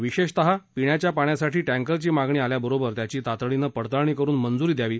विशेषतपिण्याच्या पाण्यासाठी टँकरची मागणी आल्याबरोबर त्याची तातडीनं पडताळणी करुन मंजूरी द्यावी